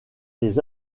les